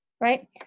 right